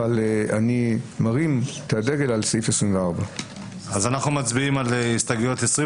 אבל אני מרים את הדגל על סעיף 24. אנחנו מצביעים על הסתייגויות 23,